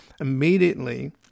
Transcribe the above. immediately